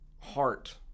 heart